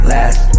Last